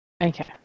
Okay